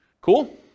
Cool